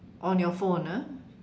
on your phone ah